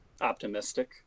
optimistic